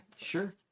Sure